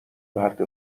مرد